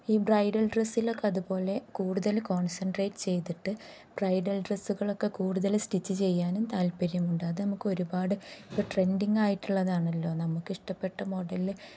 ഈ ബ്രൈഡൽ ഡ്രസ്സിലൊക്കെ അതുപോലെ കൂടുതല് കോൺസെൻട്രേറ്റ് ചെയ്തിട്ട് ബ്രൈഡൽ ഡ്രസ്സുകളൊക്കെ കൂടുതല് സ്റ്റിച്ച് ചെയ്യാനും താല്പര്യമുണ്ട് അതു നമുക്ക് ഒരുപാട് ഇപ്പോള് ട്രെൻഡിങ്ങായിട്ടുള്ളതാണല്ലോ നമുക്കിഷ്ടപ്പെട്ട മോഡലില്